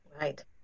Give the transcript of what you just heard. Right